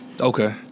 okay